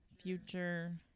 future